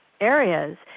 areas